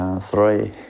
three